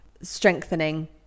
strengthening